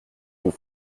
vous